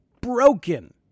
broken